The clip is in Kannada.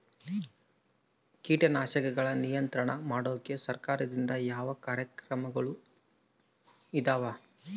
ಕೇಟನಾಶಕಗಳ ನಿಯಂತ್ರಣ ಮಾಡೋಕೆ ಸರಕಾರದಿಂದ ಯಾವ ಕಾರ್ಯಕ್ರಮ ಇದಾವ?